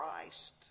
Christ